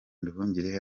nduhungirehe